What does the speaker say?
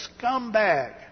scumbag